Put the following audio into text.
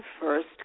first